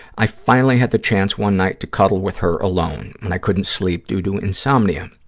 i finally had the chance one night to cuddle with her alone when i couldn't sleep due to insomnia.